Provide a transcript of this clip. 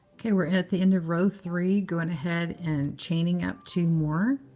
ok. we're at the end of row three. going ahead, and chaining up to more.